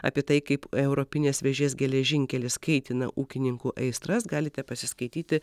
apie tai kaip europinės vėžės geležinkelis kaitina ūkininkų aistras galite pasiskaityti